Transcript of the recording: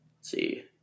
see